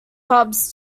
pubs